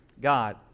God